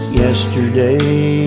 yesterday